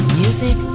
music